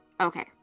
Okay